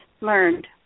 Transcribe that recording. learned